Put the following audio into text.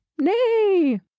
nay